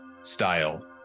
style